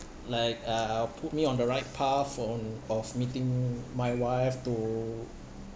like uh put me on the right path on of meeting my wife to